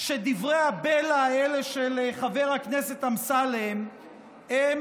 שדברי הבלע האלה של חבר הכנסת אמסלם הם